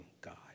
God